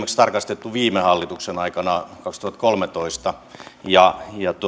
tarkastettu viime hallituksen aikana kaksituhattakolmetoista ja